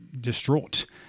distraught